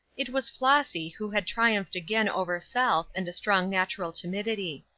it was flossy who had triumphed again over self and a strong natural timidity.